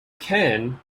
cairn